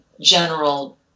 general